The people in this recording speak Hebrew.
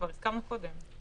כבר הסכמנו קודם.